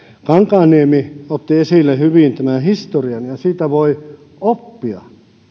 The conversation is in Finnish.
kankaanniemi otti esille hyvin tämän historian ja siitä voi oppia